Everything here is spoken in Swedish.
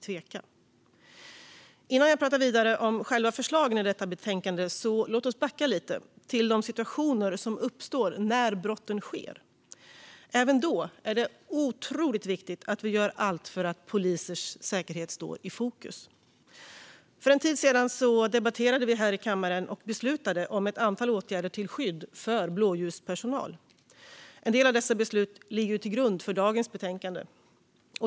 Låt oss innan jag talar vidare om själva förslagen i detta betänkande backa tillbaka till de situationer som uppstår när brotten sker. Även då är det otroligt viktigt att vi gör allt för att polisers säkerhet står i fokus. För en tid sedan debatterade och beslutade vi här i kammaren om ett antal åtgärder till skydd för blåljuspersonal. En del av dessa beslut ligger till grund för dagens betänkande.